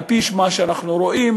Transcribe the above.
על-פי מה שאנחנו רואים,